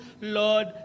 Lord